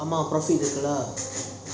oh profit இருக்கு:iruku lah